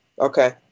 Okay